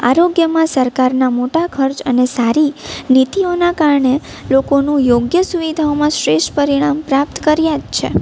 આરોગ્યમાં સરકારના મોટા ખર્ચ અને સારી નીતિઓનાં કારણે લોકોનું યોગ્ય સુવિધાઓમાં શ્રેષ્ઠ પરિણામ પ્રાપ્ત કર્યાં જ છે